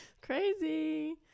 Crazy